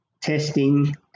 testing